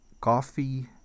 coffee